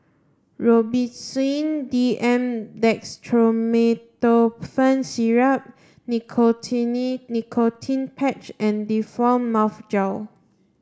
Robitussin D M Dextromethorphan Syrup Nicotinell Nicotine Patch and Difflam Mouth Gel